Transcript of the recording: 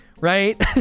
right